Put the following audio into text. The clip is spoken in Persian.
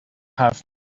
حرف